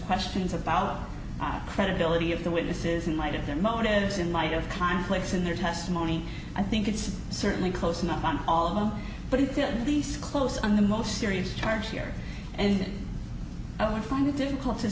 questions about the credibility of the witnesses in light of their motives in light of conflicts in their testimony i think it's certainly close enough on all of them but until these close on the most serious charge here and i would find it difficult to